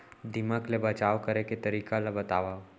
दीमक ले बचाव करे के तरीका ला बतावव?